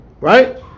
right